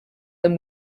them